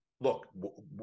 look